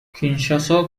کینشاسا